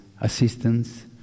assistance